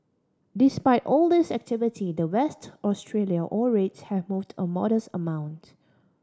despite all this activity the West Australia ore rates have moved a modest amount